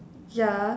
ya